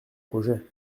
projet